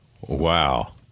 Wow